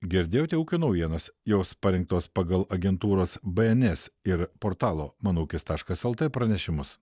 girdėjote ūkio naujienas jos parengtos pagal agentūros bns ir portalo mano ūkis taškas lt pranešimus